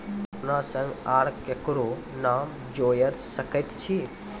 अपन संग आर ककरो नाम जोयर सकैत छी?